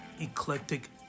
eclectic